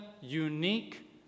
unique